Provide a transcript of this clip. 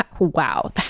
wow